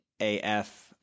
AF